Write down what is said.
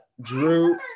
Drew